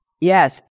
Yes